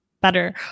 better